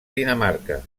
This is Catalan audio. dinamarca